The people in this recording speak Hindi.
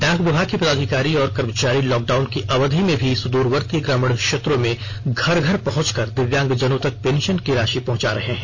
डाक विभाग के पदाधिकारी और कर्मचारी लॉकडाउन की अवधि में भी सुद्रवर्ती ग्रामीण क्षेत्रों में घर घर पहुंच कर दिव्यांगजनों तक पेंशन की राशि पहंचा रहे है